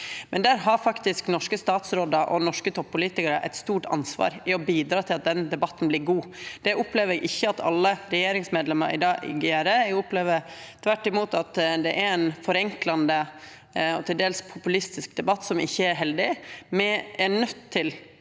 Der har faktisk norske statsrådar og norske toppolitikarar eit stort ansvar i å bidra til at den debatten vert god. Det opplever eg ikkje at alle regjeringsmedlemer i dag gjer. Eg opplever tvert imot at det er ein forenklande og til dels populistisk debatt som ikkje er heldig. Me er nøydde til å